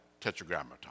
Tetragrammaton